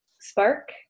spark